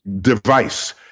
device